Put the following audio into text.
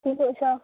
কি কৰিছ